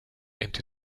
into